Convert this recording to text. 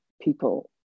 people